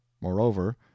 moreover